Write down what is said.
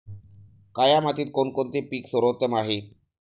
काया मातीत कोणते कोणते पीक आहे सर्वोत्तम येतात?